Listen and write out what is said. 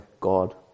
God